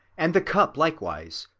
and the cup likewise,